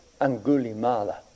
Angulimala